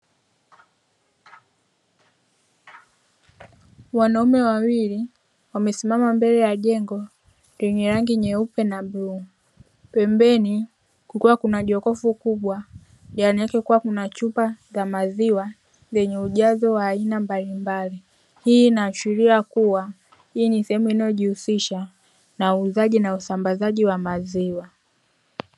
Wanaume wawili wamesimama mbele ya jengo lenye rangi nyeupe na bluu, pembeni kukiwa kuna jokofu kubwa ndani yake kukiwa kuna chupa za maziwa zenye ujazo wa aina mbalimbali. Hii inaashiria kuwa hii ni sehemu inayojihusisha na uuzaji na usambazaji wa maziwa.